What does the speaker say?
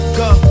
go